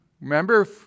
remember